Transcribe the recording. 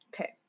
Okay